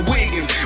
Wiggins